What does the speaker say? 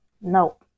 no